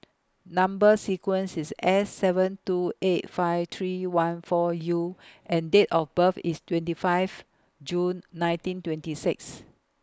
Number sequence IS S seven two eight five three one four U and Date of birth IS twenty five June nineteen twenty six